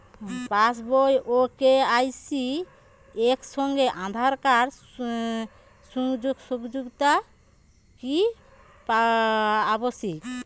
পাশ বই ও কে.ওয়াই.সি একই সঙ্গে আঁধার কার্ড সংযুক্ত কি আবশিক?